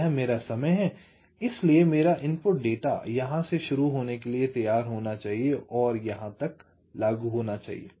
यह मेरा समय है इसलिए मेरा इनपुट डेटा यहां से शुरू होने के लिए तैयार होना चाहिए और यहां तक लागू होना चाहिए